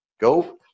Go